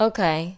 Okay